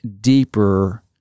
deeper